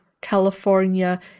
California